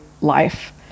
life